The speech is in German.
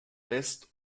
west